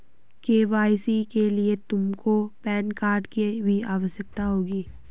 KYC के लिए तुमको पैन कार्ड की भी आवश्यकता होगी